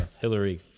Hillary